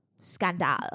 Scandal